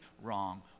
wrong